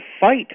fight